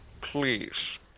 Please